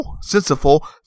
sensible